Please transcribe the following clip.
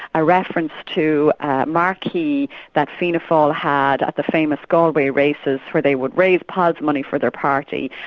a reference to a marquee that fianna fail all had at the famous galway races where they would raise piles of money for their party,